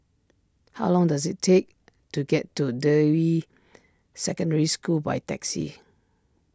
how long does it take to get to Deyi Secondary School by taxi